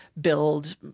build